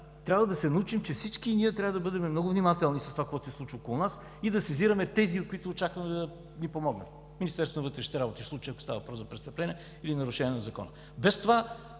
Трябва да се научим, че всички ние трябва да бъдем много внимателни с това, което се случва около нас, и да сезираме тези, от които очакваме да ни помогнат – Министерството на вътрешните работи, ако става въпрос за престъпления или нарушение на закона. Без това